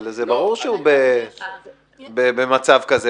הרי זה ברור שהוא במצב כזה.